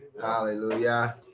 Hallelujah